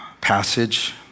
passage